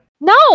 No